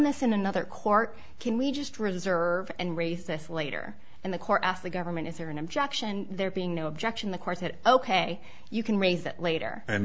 this in another court can we just reserve and raise this later in the court asked the government is there an objection there being no objection the court that ok you can raise that later and